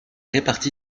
réparti